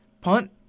Punt